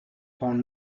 found